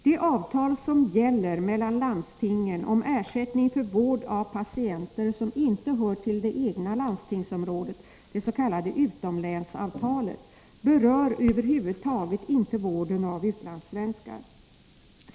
Det avtal som gäller mellan landstingen om ersättning för vård av patienter som inte hör till det egna landstingsområdet — det s.k. utomlänsavtalet — berör över huvud taget inte vården av utlandssvenskar.